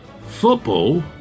Football